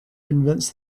convince